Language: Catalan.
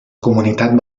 comunitat